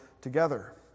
together